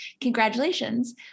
Congratulations